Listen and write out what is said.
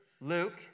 Luke